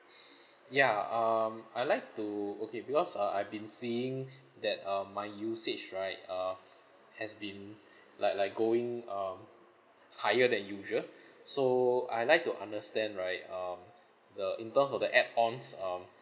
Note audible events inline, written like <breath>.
<breath> ya um I'd like to okay because uh I've been seeing <breath> that um my usage right err <breath> has been <breath> like like going um higher than usual <breath> so I'd like to understand right um the in terms of the add ons um